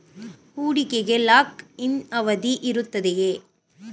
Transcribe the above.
ಹೂಡಿಕೆಗೆ lock in ಅವಧಿ ಇರುತ್ತದೆಯೇ?